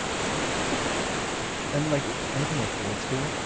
sign me up and like anything like old-school?